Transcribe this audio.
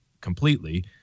completely